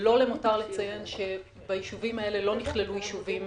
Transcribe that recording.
לא למותר לציין שביישובים האלה לא נכללו יישובים